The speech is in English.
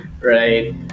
Right